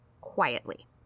Quietly